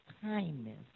kindness